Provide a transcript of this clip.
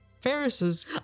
Ferris's